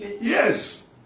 Yes